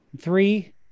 three